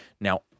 Now